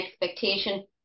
expectation